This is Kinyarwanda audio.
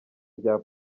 rya